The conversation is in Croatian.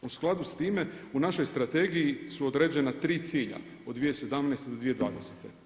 U skladu sa time u našoj strategiji su određena 3 cilja od 2017. do 2020.